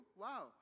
Wow